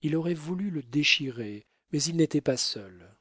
il aurait voulu le déchirer mais il n'était pas seul